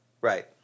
Right